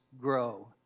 grow